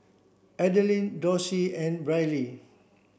Adeline Dorsey and Brylee